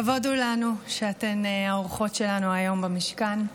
כבוד הוא לנו שאתן האורחות שלנו היום במשכן.